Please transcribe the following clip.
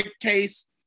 case